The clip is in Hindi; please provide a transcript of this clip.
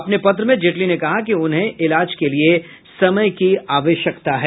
अपने पत्र में जेटली ने कहा कि उन्हें इलाज के लिए समय की आवश्यकता है